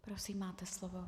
Prosím, máte slovo.